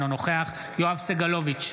אינו נוכח יואב סגלוביץ'